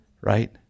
right